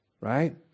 right